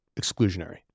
exclusionary